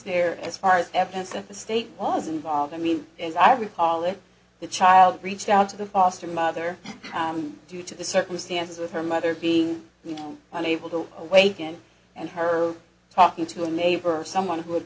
there as far as evidence that the state was involved i mean as i recall it the child reached out to the foster mother come due to the circumstances with her mother being unable to awaken and her talking to a neighbor or someone who